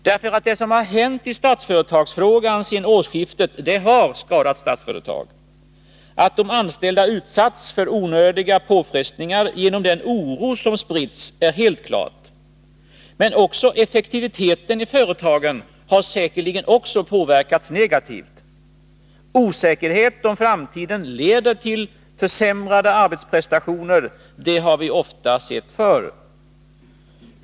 Det som har hänt i Statsföretagsfrågan sedan årsskiftet har skadat Statsföretag. Att de anställda utsatts för onödiga påfrestningar genom den oro som spritts är helt klart. Men också effektiviteten i företagen har säkerligen också påverkats negativt. Osäkerhet om framtiden leder till försämrade arbetsprestationer — det har vi ofta sett förr.